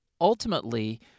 ultimately